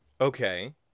Okay